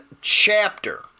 chapter